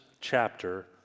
chapter